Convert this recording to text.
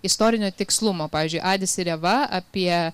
istorinio tikslumo pavyzdžiui adis ir eva apie